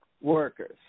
workers